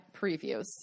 previews